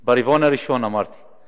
בארבעה החודשים הראשונים יש עלייה של כ-10%.